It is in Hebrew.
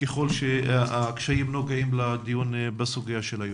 ככל שהקשיים נוגעים לדיון בסוגיה היום.